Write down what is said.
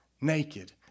naked